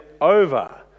over